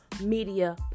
media